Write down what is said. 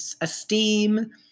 esteem